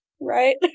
right